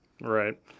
Right